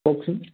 কওকচোন